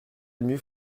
nuit